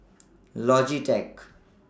Logitech